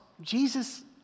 Jesus